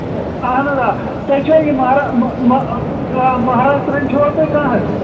اَہَن حظ آ تۄہہِ چھوا یہِ مَہراز مَہراز ترٲم چِھوا تۄہہِ کانٛہہ حظ